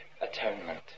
atonement